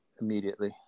immediately